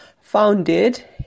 founded